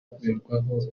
gukorerwaho